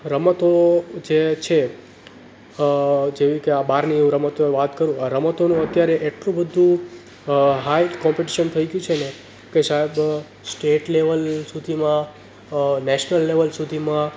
રમતો જે છે જેવી કે આ બહારની રમતો વાત કરું રમતોનો અત્યારે એટલું બધું હાઈ કોમ્પિટિસન થઈ ગયું છે ને કે શાયદ સ્ટેટ લેવલ સુધીમાં નેશનલ લેવલ સુધીમાં